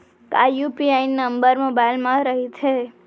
का UPI number mobile म रहिथे?